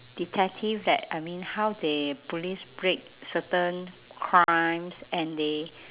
detective that I mean how they police break certain crimes and they